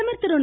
பிரதமர் திரு